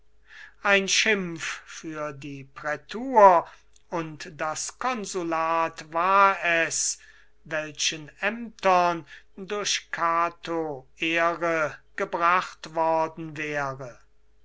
ein schimpf für die prätur und das consulat war es welchen durch cato ehre gebracht worden wäre